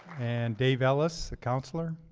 and dave ellis, a counselor.